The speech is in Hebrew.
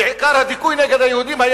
ועיקר הדיכוי נגד היהודים היה,